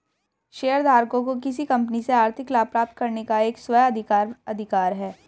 शेयरधारकों को किसी कंपनी से आर्थिक लाभ प्राप्त करने का एक स्व अधिकार अधिकार है